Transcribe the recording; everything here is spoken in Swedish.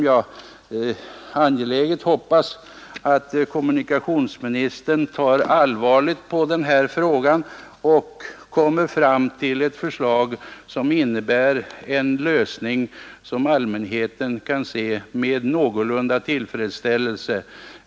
Jag hoppas att kommunikationsministern tar allvarligt på denna fråga och kommer fram till ett förslag till lösning som allmänheten kan anse någorlunda tillfredsställande.